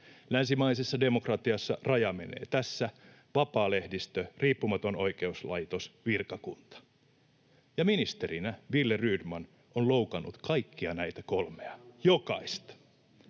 Länsimaisessa demokratiassa raja menee tässä: vapaa lehdistö, riippumaton oikeuslaitos, virkakunta. Ja ministerinä Wille Rydman on loukannut kaikkia näitä kolmea. Jokaista.